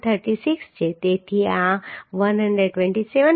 36 છે તેથી આ 127